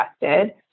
interested